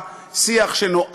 שיח של הסתה,